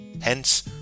Hence